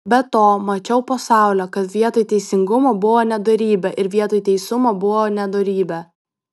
be to mačiau po saule kad vietoj teisingumo buvo nedorybė ir vietoj teisumo buvo nedorybė